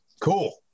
Cool